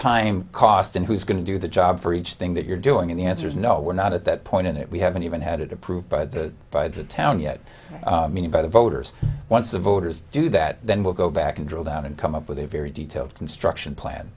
time cost and who's going to do the job for each thing that you're doing the answer is no we're not at that point in it we haven't even had it approved by the by the town yet by the voters once the voters do that then we'll go back and drill down and come up with a very detailed construction plan